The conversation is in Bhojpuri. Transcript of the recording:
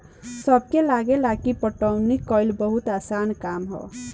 सबके लागेला की पटवनी कइल बहुते आसान काम ह